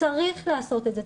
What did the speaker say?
צריך לעשות את זה,